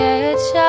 edge